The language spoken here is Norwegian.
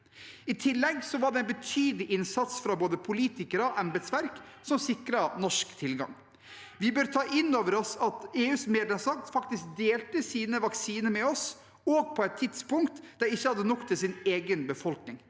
I tillegg var det en betydelig innsats fra både politikere og embetsverk som sikret norsk tilgang. Vi bør ta inn over oss at EUs medlemsland faktisk delte sine vaksiner med oss, også på et tidspunkt da de ikke hadde nok til sin egen befolkning.